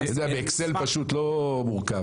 אתה יודע, באקסל פשוט, לא מורכב.